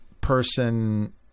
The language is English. Person